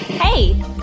Hey